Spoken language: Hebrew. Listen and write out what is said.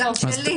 גם שלי.